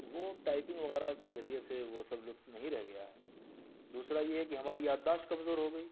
وہ ٹائپنگ وغیرہ کے ذریعہ سے وہ سب لطف نہیں رہ گیا ہے دوسرا یہ ہے کہ ہماری یادداشت کمزور ہوگئی